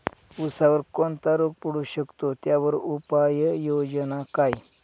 ऊसावर कोणता रोग पडू शकतो, त्यावर उपाययोजना काय?